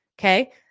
okay